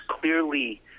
clearly